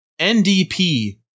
NDP